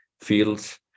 fields